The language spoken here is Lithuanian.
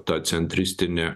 ta centristinė